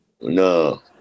no